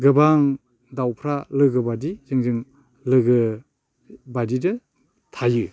गोबां दाउफ्रा लोगोबादि जोंजों लोगो बायदिनो थायो